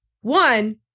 One